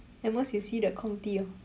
at most we see the 空地 lor